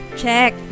check